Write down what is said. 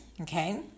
okay